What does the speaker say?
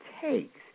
takes